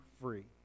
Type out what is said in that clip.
free